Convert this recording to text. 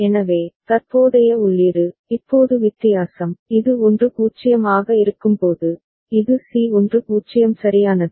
எனவே தற்போதைய உள்ளீடு இப்போது வித்தியாசம் இது 1 0 ஆக இருக்கும்போது இது c 1 0 சரியானது